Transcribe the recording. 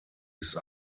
ist